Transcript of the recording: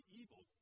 evil